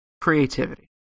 creativity